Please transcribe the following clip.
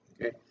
okay